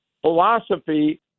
philosophy